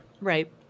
right